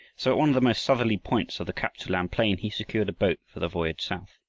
so at one of the most southerly points of the kap-tsu-lan plain he secured a boat for the voyage south.